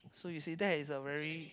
so you see that is a very